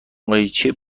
ماهیچه